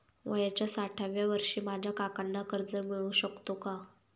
वयाच्या साठाव्या वर्षी माझ्या काकांना कर्ज मिळू शकतो का?